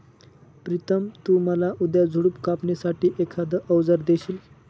प्रितम तु मला उद्या झुडप कापणी साठी एखाद अवजार देशील?